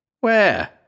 Where